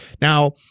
Now